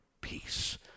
Peace